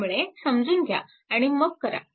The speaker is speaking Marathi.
त्यामुळे समजून घ्या आणि मग करा